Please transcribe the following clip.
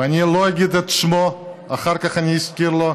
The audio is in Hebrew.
ואני לא אגיד את שמו אחר כך אני אזכיר לו,